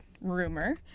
rumor